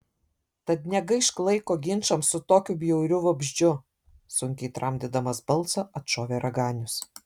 tad negaišk laiko ginčams su tokiu bjauriu vabzdžiu sunkiai tramdydamas balsą atšovė raganius